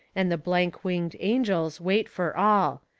and the blank-winged angels wait for all.